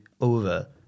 over